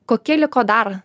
kokie liko dar